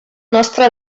nostre